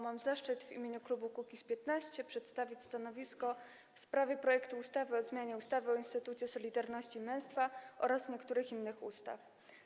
Mam zaszczyt w imieniu klubu Kukiz’15 przedstawić stanowisko w sprawie projektu ustawy o zmianie ustawy o Instytucie Solidarności i Męstwa oraz niektórych innych ustaw.